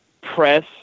press